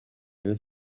rayon